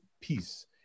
peace